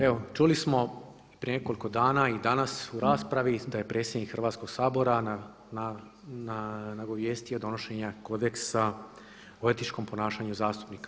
Evo čuli smo prije nekoliko dana i danas u raspravi da je predsjednik Hrvatskog sabora nagovijestio donošenje kodeksa o etičkom ponašanju zastupnika.